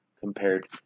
compared